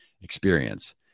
experience